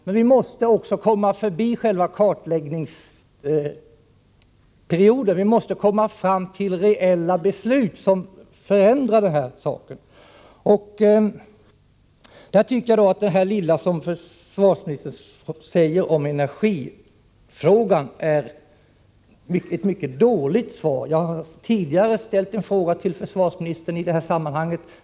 Men vi måste också komma förbi själva kartläggningsperioden, komma fram till reella beslut som förändrar det här läget. Jag tycker då att det lilla som försvarsministern här säger om energifrågan är ett mycket dåligt svar. Jag har tidigare ställt en fråga till försvarsministern i det här sammanhanget.